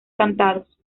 cantados